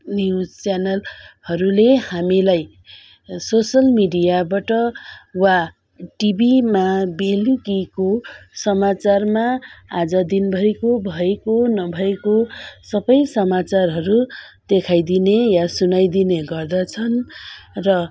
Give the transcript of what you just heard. news च्यानलहरूले हामीलाई social मिडियाबाट वा टिभीमा बेलुकीको समाचारमा आज दिनभरिको भएको नभएको सबै समाचारहरू देखाइदिने या सुनाइदिने गर्दछन् र